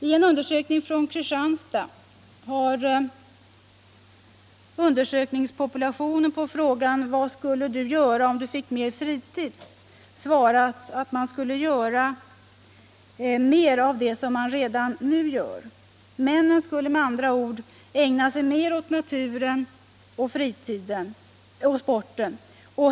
I en undersökning från Kristianstad har undersökningspopulationen på frågan ”Vad skulle du göra om du fick mer fritid?” svarat, att man skulle göra mer av det man redan nu gör. Männen skulle med andra ord ägna sig mer åt naturen och sporten.